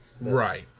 Right